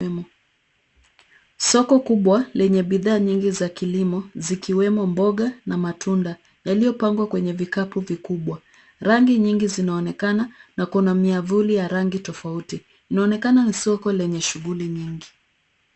Soko kubwa lenye bidhaa nyingi za kilimo zikiwemo mboga na matunda yaliyopangwa kwenye vikapu vikubwa. Rangi nyingi zinaonekana na kuna miavuli ya rangi tofauti. Inaonekana ni soko lenye shughuli nyingi.